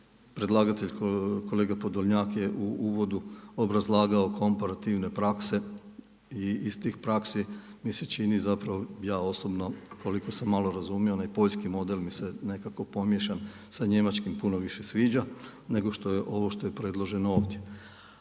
Predlagatelj kolega Podolnjak je u uvodu obrazlagao komparativne prakse i iz tih praksi mi se čini zapravo ja osobno koliko sam malo razumio onaj poljski model mi se nekako pomiješan sa njemačkim puno više sviđa, nego ovo što je predloženo ovdje.